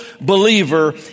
believer